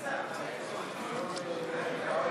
משרד התחבורה,